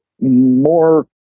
more